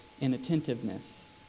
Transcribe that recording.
inattentiveness